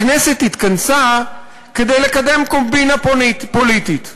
הכנסת התכנסה כדי לקדם קומבינה פוליטית,